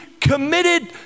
committed